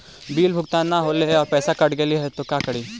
Bill भुगतान न हौले हे और पैसा कट गेलै त का करि?